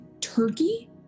turkey